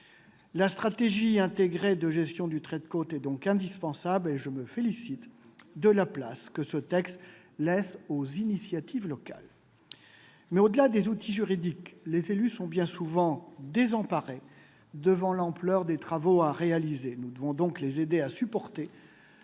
La stratégie de gestion intégrée du trait de côte est donc indispensable. À cet égard, je me félicite de la place que ce texte laisse aux initiatives locales. Mais, au-delà des outils juridiques, les élus sont bien souvent désemparés devant l'ampleur des travaux à réaliser. Nous devons donc les aider à supporter